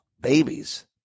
babies